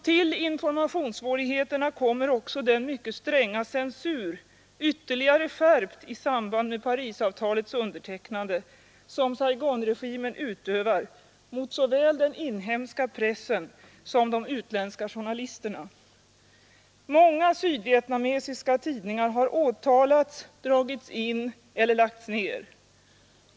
Till informationssvårigheterna kommer också den mycket stränga censur, ytterligare skärpt i samband med Parisavtalets undertecknande, som Saigonregimen utövar mot såväl den inhemska pressen som utländska journalister. Många sydvietnamesiska tidningar har åtalats, dragits in eller lagts ner.